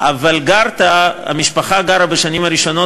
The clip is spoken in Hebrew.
אבל המשפחה גרה בשנים הראשונות,